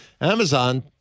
Amazon